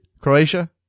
Croatia